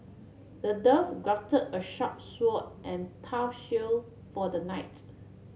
the dwarf crafted a sharp sword and tough shield for the knights